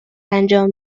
انجام